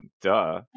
Duh